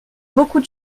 beaucoup